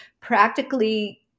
practically